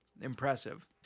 impressive